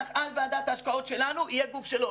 על ועדת ההשקעות שלנו יהיה גוף שלו.